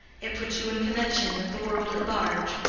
it puts you in connection with the world at large.